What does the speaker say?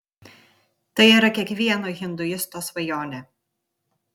tai yra kiekvieno hinduisto svajonė